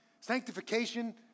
Sanctification